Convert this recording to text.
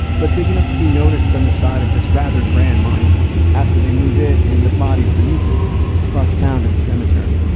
but big enough to be noticed on the side of this rather grand monument after they move it and the bodies beneath it across town to the cemetery.